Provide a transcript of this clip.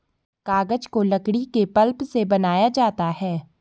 कागज को लकड़ी के पल्प से बनाया जाता है